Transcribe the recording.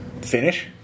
finish